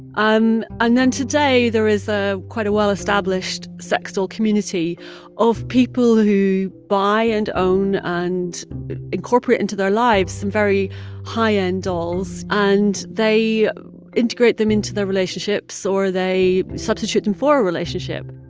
um and then today, there is ah quite a well-established sex doll community of people who buy and own ah and incorporate into their lives some very high-end dolls. and they integrate them into their relationships or they substitute them for a relationship